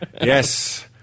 Yes